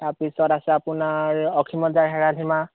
তাৰপিছত আছে আপোনাৰ অসীমত যাৰ হেৰাল সীমা